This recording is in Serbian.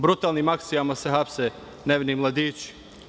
Brutalnim akcijama se hapse nevini mladići.